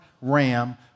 ram